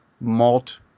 malt